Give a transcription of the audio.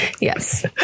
Yes